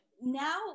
now